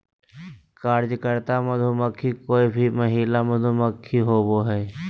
कार्यकर्ता मधुमक्खी कोय भी महिला मधुमक्खी होबो हइ